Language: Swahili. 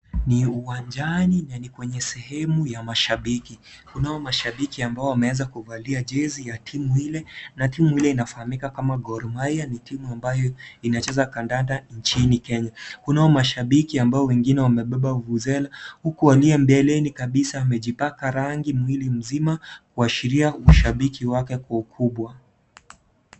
Ni uwanjani na ni kwenye sehemu ya mashabiki, kunao mashabiki ambao wameweza kuvalia jezi ya timu hile na timu hiyo inatambulika kama Gor Mahia ambaye inacheza kandanda nchini Kenya. Kunao mashabiki ambao wengine wamebeba vuvuzela huku aliye mbele kabisa amejipaka rangi mwili mzima kuashiria ushabiki wake kwa ukubwa.